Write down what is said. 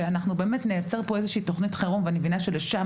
שאנחנו נייצר תוכנית חירום ואני מבינה שלשם